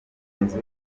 witwa